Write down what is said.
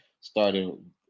started